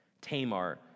Tamar